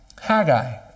Haggai